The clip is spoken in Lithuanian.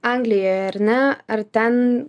anglijoje ar ne ar ten